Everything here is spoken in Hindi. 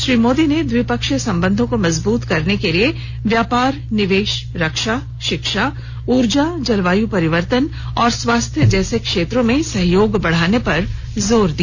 श्री मोदी ने द्विपक्षीय संबंधों को मजबूत करने के लिए व्यापार निवेश रक्षा शिक्षा ऊर्जा जलवायु परिवर्तन और स्वास्थ्य जैसे क्षेत्रों में सहयोग बढ़ाने पर जोर दिया